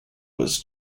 was